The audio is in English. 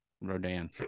Rodan